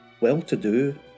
well-to-do